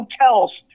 hotels